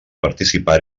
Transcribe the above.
participar